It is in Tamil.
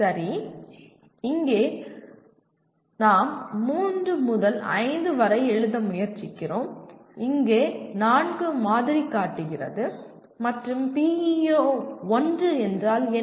சரி இங்கே நாம் மூன்று முதல் ஐந்து வரை எழுத முயற்சிக்கிறோம் இங்கே நான்கு மாதிரி காட்டுகிறது மற்றும் PEO 1 என்றால் என்ன